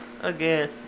Again